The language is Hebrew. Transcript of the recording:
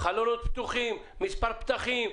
מספר פתחים,